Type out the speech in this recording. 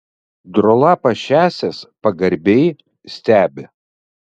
drolapas šiąsias pagarbiai stebi